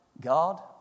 God